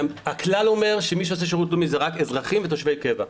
הכלל אומר שמי שעושה שירות לאומי זה רק אזרחים ותושבי קבע.